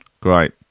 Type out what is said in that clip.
Great